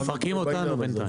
מפרקים אותנו בינתיים...